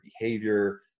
behavior